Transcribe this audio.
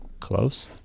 Close